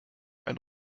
ein